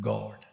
God